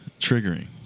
triggering